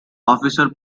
officer